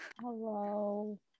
hello